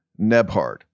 Nebhard